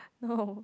no